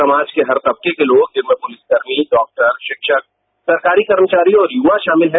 समाज के हर तबके के लोग पुलिसकर्मी डॉक्टर शिक्षक सरकारी कर्मचारी और युवा शामिल हैं